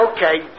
Okay